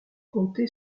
comté